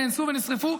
נאנסו ונשרפו,